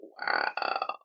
wow